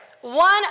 one